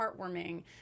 heartwarming